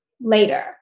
later